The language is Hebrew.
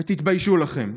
ותתביישו לכם.